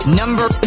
number